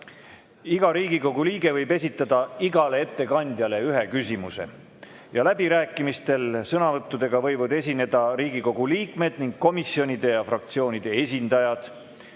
Iga Riigikogu liige võib esitada igale ettekandjale ühe küsimuse. Läbirääkimistel võivad sõnavõttudega esineda Riigikogu liikmed ning komisjonide ja fraktsioonide esindajad.